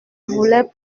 voulait